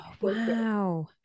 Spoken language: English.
wow